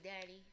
daddy